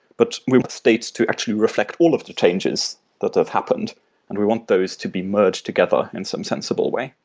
but we want states to actually reflect all of the changes that have happened and we want those to be merged together in some sensible way.